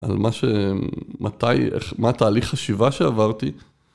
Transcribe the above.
על מה שמתי, מה תהליך חשיבה שעברתי.